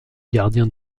gardiens